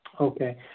Okay